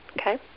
Okay